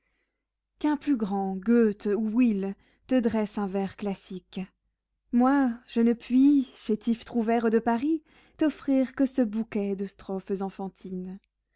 qu'un plus grand goethe ou will te dresse un vers classique moi je ne puis chétif trouvère de paris t'offrir que ce bouquet de strophes enfantines